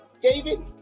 david